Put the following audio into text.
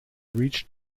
reach